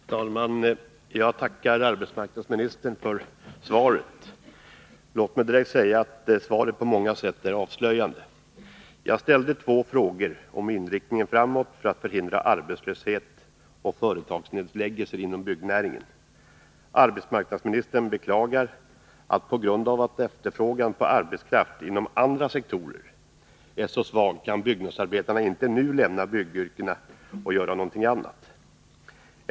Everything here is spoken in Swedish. Herr talman! Jag tackar arbetsmarknadsministern för svaret. Låt mig direkt säga att svaret på många sätt är avslöjande. Jag ställde två frågor om inriktningen framöver för att förhindra arbetslöshet och företagsnedläggelser inom byggnäringen. Arbetsmarknadsministern beklagar att byggnadsarbetarna på grund av att efterfrågan på arbetskraft inom andra sektorer är så svag inte nu kan lämna byggyrkena och göra någonting annat!